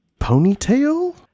Ponytail